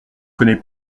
connais